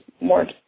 more